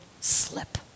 slip